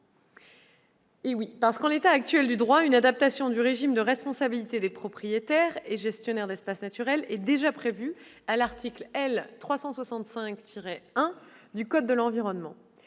emploie. En l'état actuel du droit, une adaptation du régime de responsabilité des propriétaires et gestionnaires d'espaces naturels est déjà prévue à l'article L. 365-1 du code de l'environnement.